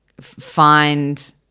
find